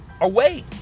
away